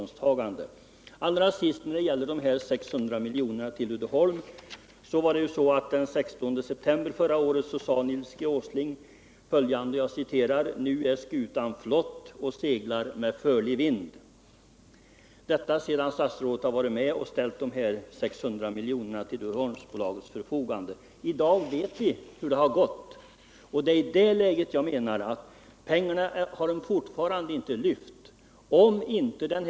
Den 16 september förra året sade Nils Åsling att ”nu är skutan flott och seglar med förlig vind” — detta sedan statsrådet hade ställt 600 milj.kr. till Uddeholms förfogande. I dag vet vi hur det har gått. Bolaget har ännu inte lyft pengarna.